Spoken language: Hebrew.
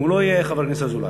אם הוא לא יהיה, חבר הכנסת אזולאי.